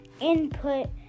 input